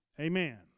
Amen